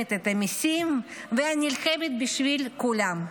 משלמת את המיסים והנלחמת בשביל כולם?